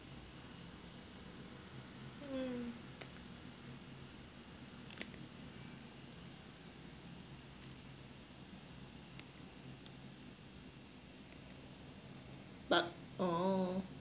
mm but oh